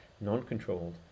non-controlled